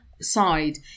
side